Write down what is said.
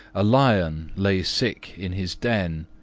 a lion lay sick in his den,